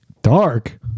dark